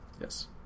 Yes